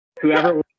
Whoever